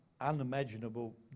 unimaginable